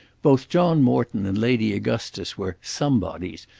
both john morton and lady augustus were somebodies,